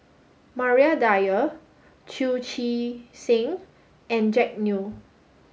Maria Dyer Chu Chee Seng and Jack Neo